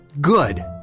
Good